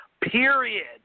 Period